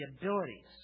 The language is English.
abilities